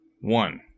one